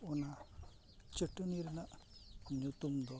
ᱪᱟᱹᱴᱟᱹᱱᱤ ᱨᱮᱱᱟᱜ ᱧᱩᱛᱩᱢ ᱫᱚ